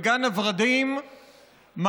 בגן הוורדים,